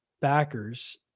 backers